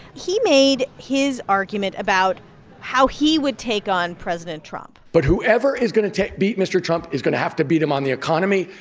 he made his argument about how he would take on president trump but whoever is going to beat mr. trump is going to have to beat him on the economy.